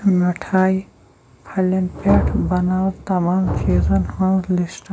مِٹھایہِ پھلٮ۪ن پٮ۪ٹھ بناو تمام چیٖزن ہُنٛد لسٹ